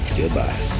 Goodbye